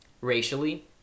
Racially